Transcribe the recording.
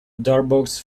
darboux